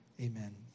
amen